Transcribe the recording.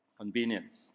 convenience